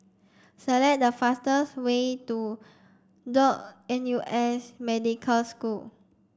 select the fastest way to Duke N U S Medical School